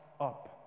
up